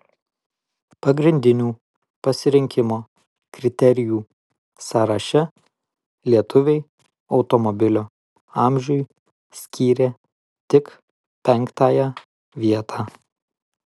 pagrindinių pasirinkimo kriterijų sąraše lietuviai automobilio amžiui skyrė tik penktąją vietą